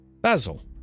Basil